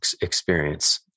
experience